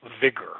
vigor